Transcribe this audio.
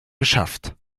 geschafft